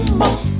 more